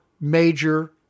major